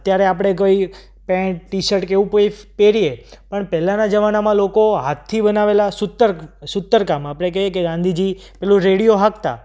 અત્યારે આપણે કોઈ પેન્ટ ટી શર્ટ એવું કંઈ પહેરીએ પણ પહેલાંના જમાનામાં લોકો હાથથી બનાવેલા સુતર સુતર કામ આપણે કહીએ કે ગાંધીજી પેલો રેંટિયો હાંકતા